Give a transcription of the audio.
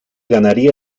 ganaría